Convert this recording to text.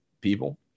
people